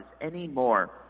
anymore